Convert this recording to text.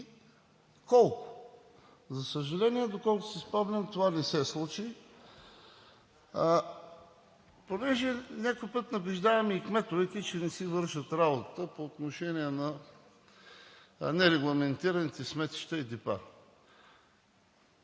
колко. За съжаление, доколкото си спомням, това не се случи, понеже някой път набеждаваме и кметовете, че не си вършат работата по отношение на нерегламентираните сметища и депа.